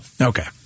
okay